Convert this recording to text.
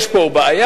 יש פה בעיה,